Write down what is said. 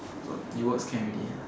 wor~ it works can already